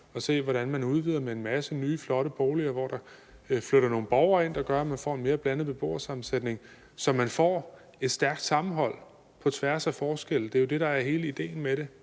og se, hvordan de udvider med en masse nye flotte boliger, hvor der flytter nogle borgere ind, som gør, at man får en mere blandet beboersammensætning, så man får et stærkt sammenhold på tværs af forskellene. Det er jo det, der er hele ideen med at